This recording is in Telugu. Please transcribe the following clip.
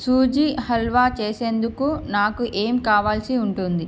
సూజీ హల్వా చేసేందుకు నాకు ఏం కావలసి ఉంటుంది